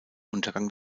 untergang